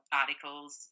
articles